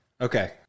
Okay